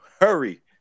hurry